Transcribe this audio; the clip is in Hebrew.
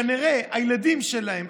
כנראה הילדים שלהם,